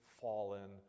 fallen